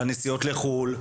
ועל נסיעות לחו"ל.